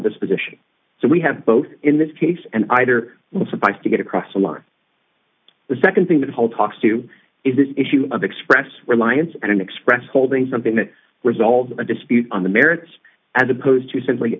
disposition so we have both in this case and either will suffice to get across the line the nd thing that whole talks to is this issue of express reliance and express holding something that resolves a dispute on the merits as opposed to simply